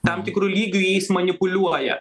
tam tikru lygiu jais manipuliuoja